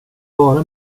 vara